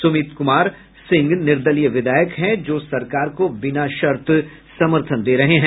सुमित कुमार सिंह निर्दलीय विधायक हैं जो सरकार को बिना शर्त समर्थन दे रहे हैं